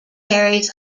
carries